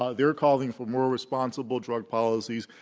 ah they're calling for more responsible drug policies,